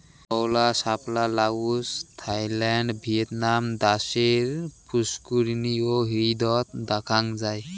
ধওলা শাপলা Laos, Thailand, Vietnam দ্যাশের পুস্কুরিনী ও হ্রদত দ্যাখাং যাই